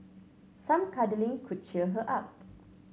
some cuddling could cheer her up